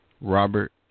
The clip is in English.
Robert